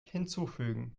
hinzufügen